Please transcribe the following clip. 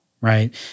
Right